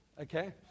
okay